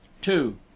two